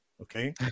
Okay